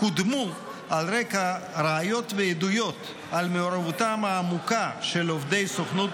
קודמו על רקע ראיות ועדויות על מעורבותם העמוקה של עובדי סוכנות